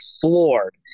floored